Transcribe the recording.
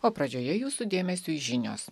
o pradžioje jūsų dėmesiui žinios